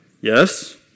Yes